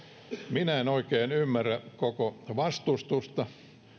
minä en oikein ymmärrä koko vastustusta